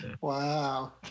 wow